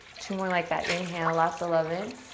two more like that. inhale, lots of love in.